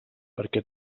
perquè